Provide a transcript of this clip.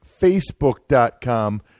Facebook.com